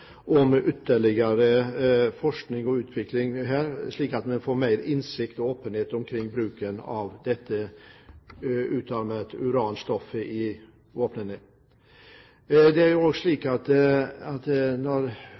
ytterligere forskning og utvikling, slik at vi får mer innsikt i og åpenhet omkring bruken av utarmet uran i våpnene.